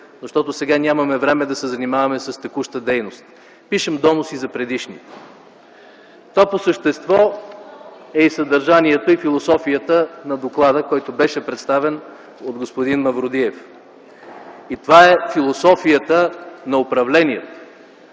защото сега нямаме време да се занимаваме с текуща дейност. Пишем доноси за предишните.” Това по същество е съдържанието и философията на доклада, който беше представен от господин Мавродиев, и това е философията на управлението.